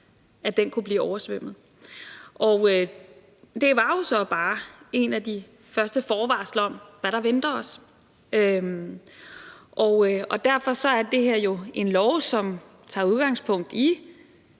at den kunne blive oversvømmet. Det var jo så bare et af de første forvarsler om, hvad der venter os. Derfor er det her en lov, som tager udgangspunkt i